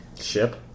Ship